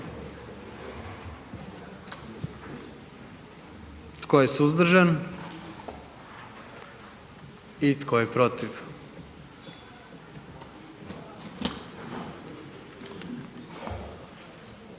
Tko je suzdržan? Tko je protiv?